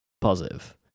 positive